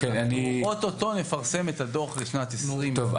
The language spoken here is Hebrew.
אנחנו אוטוטו נפרסם את הדוח לשנת --- טוב,